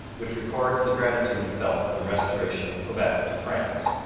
which records the gratitude he felt for the restoration of quebec to france.